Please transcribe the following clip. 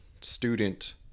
student